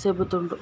చెపుతండు